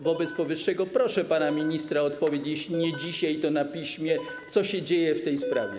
Wobec powyższego proszę pana ministra o odpowiedź - jeśli nie dzisiaj, to na piśmie - co się dzieje w tej sprawie.